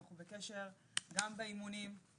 אנחנו בקשר גם באימונים,